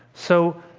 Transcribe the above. so,